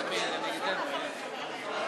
חברי הכנסת,